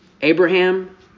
Abraham